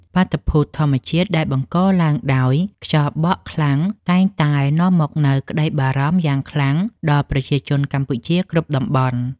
បាតុភូតធម្មជាតិដែលបង្កឡើងដោយខ្យល់បក់ខ្លាំងតែងតែនាំមកនូវក្តីបារម្ភយ៉ាងខ្លាំងដល់ប្រជាជនកម្ពុជាគ្រប់តំបន់។